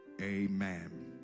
amen